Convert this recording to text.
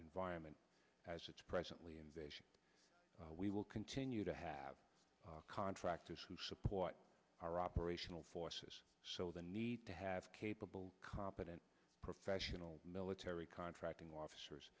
environment as it's presently and we will continue to have contractors who support our operational forces so the need to have capable competent professional military contracting officers